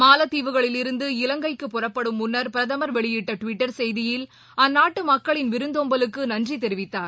மாலத்தீவுகளில் இருந்து இலங்கைக்கு புறப்படும் முன் பிரதமர் வெளியிட்டடுவிட்டர் செய்தியில் அந்நாட்டுமக்களின் விருந்தோம்பலுக்குநன்றிதெரிவித்தார்